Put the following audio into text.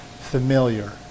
familiar